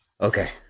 Okay